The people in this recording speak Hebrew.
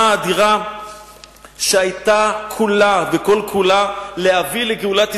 אדירה שהיתה כולה וכל כולה להביא לגאולת ישראל,